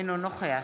אינו נוכח